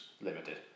limited